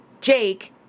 Jake